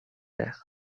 l’air